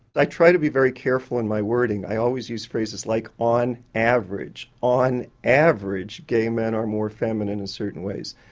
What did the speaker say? i try to be very careful in my wording, i always use phrases like on average. on average gay men are more feminine in certain ways.